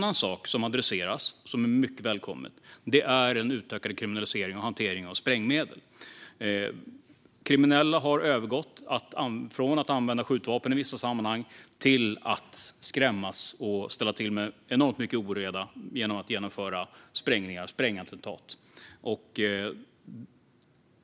Något annat som adresseras och som är mycket välkommet är en utökad kriminalisering av hantering av sprängmedel. Kriminella har i vissa sammanhang övergått från att använda skjutvapen till att skrämmas och ställa till med enorm oreda genom att utföra sprängattentat.